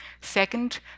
Second